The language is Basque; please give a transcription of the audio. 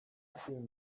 film